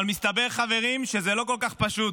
אבל מסתבר, חברים, שזה לא כל כך פשוט